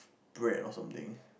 bread or something